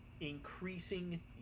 increasing